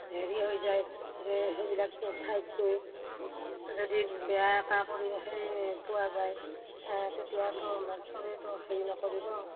হেৰি হৈ যায় যে সেইবিলাক ঠাইত গৈ যদি বেয়া এটা পৰিৱেশেই পোৱা যায় তেতিয়াতো চবেইতো হেৰি নকৰিব